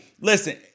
Listen